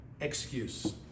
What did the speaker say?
excuse